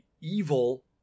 evil